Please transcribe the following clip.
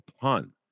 pun